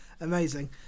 amazing